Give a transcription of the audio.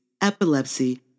epilepsy